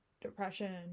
depression